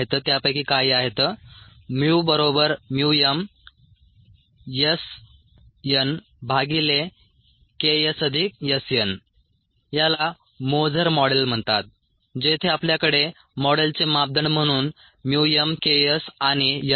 त्यापैकी काही आहेत μmSnKsSn याला मोझर मॉडेल म्हणतात जेथे आपल्याकडे मॉडेलचे मापदंड म्हणून mu m K s आणि n आहेत